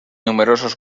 numerosos